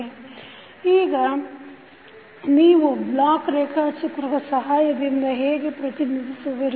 Refer Slide time 2009 ಈಗ ನೀವು block ರೇಖಾಚಿತ್ರದ ಸಹಾಯದಿಂದ ಹೇಗೆ ಪ್ರತಿನಿಧಿಸುವಿರಿ